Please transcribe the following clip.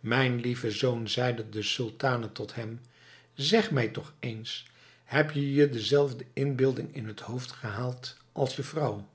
mijn lieve zoon zeide de sultane tot hem zeg mij toch eens heb je je dezelfde inbeelding in t hoofd gehaald als je vrouw